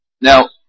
Now